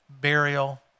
burial